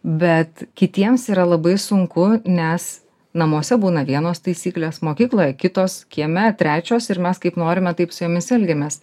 bet kitiems yra labai sunku nes namuose būna vienos taisyklės mokykloje kitos kieme trečios ir mes kaip norime taip su jomis elgiamės